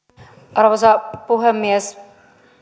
arvoisa puhemies